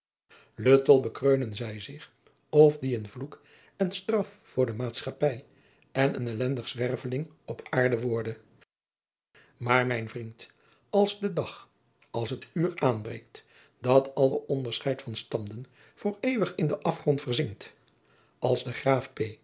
uttel bekreunen zij zich of die een vloek en straf voor de maatschappij en een ellendig zwerveling op aarde worde aar mijn vriend als de dag als het uur aanbreekt dat alle onderscheid van standen voor eeuwig in den afgrond verzinkt als de raaf